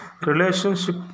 Relationship